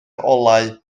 olau